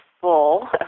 full